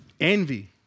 Envy